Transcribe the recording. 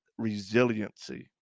resiliency